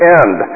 end